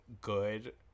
good